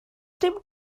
dim